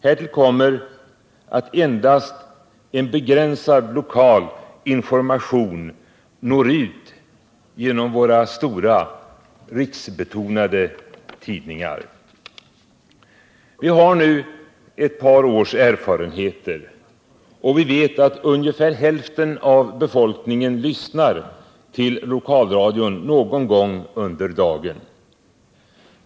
Härtill kommer att endast en begränsad lokal information når ut genom våra stora riksbetonade tidningar. Vi har nu ett par års erfarenheter, och vi vet att ungefär hälften av befolkningen lyssnar till lokalradion någon gång under dagen.